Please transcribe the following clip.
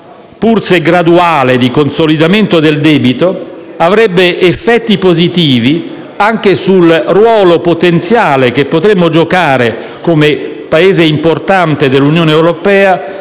pur se graduale, di consolidamento del debito avrebbe effetti positivi anche sul ruolo potenziale che potremmo giocare, come Paese importante dell'Unione europea,